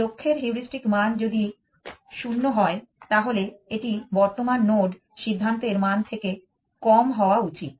লক্ষ্যের হিউরিস্টিক মান যদি 0 হয় তাহলে এটি বর্তমান নোড সিদ্ধান্তের মান থেকে কম হওয়া উচিত